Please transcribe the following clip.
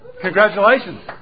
Congratulations